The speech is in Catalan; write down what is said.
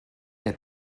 que